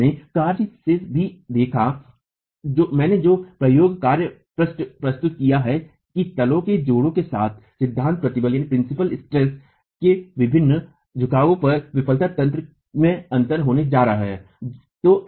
हमने कार्य से भी देखा है मैंने जो प्रायोगिक कार्य पृष्ठ प्रस्तुत किया है कि तलों के जोड़ों के साथ सिद्धांत प्रतिबल के विभिन्न झुकावों पर विफलता तंत्र में अंतर होने जा रहा है